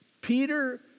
Peter